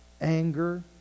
anger